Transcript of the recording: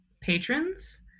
patrons